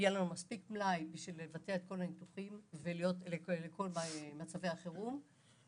יהיה לנו מספיק מלאי כדי לבצע את כל הניתוחים ולכל מצבי החירום.